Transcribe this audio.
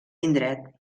indret